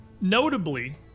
Notably